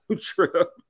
trip